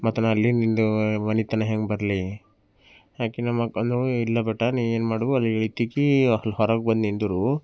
ಮತ್ತು ಅಲ್ಲೇ ನಿಂದು ಮನೆ ತನಕ ಹೆಂಗೆ ಬರಲಿ ಯಾಕಿನ್ನೂ ಇಲ್ಲ ಬೇಟ ನೀನು ಏನು ಮಾಡು ಅಲ್ಲಿ ಟಿಕಿ ಹೊರಗೆ ಬಂದು ನಿಂದಿರು